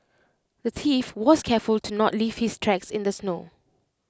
the thief was careful to not leave his tracks in the snow